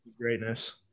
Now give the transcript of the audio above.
greatness